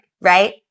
right